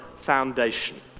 foundation